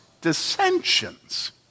dissensions